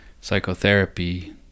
psychotherapy